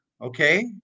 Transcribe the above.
Okay